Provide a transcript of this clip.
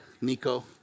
Nico